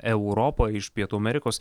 europą iš pietų amerikos